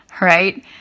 right